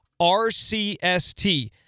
RCST